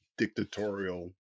dictatorial